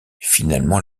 finalement